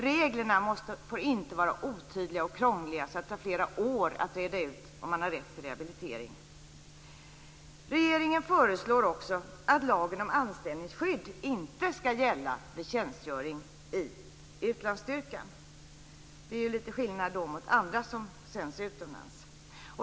Reglerna får inte vara otydliga och krångliga, så att det tar flera år att reda ut om man har rätt till rehabilitering. Regeringen föreslår också att lagen om anställningsskydd inte skall gälla vid tjänstgöring i utlandsstyrkan. Det är lite skillnad jämfört med vad som gäller för andra som sänds utomlands.